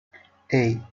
hey